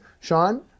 Sean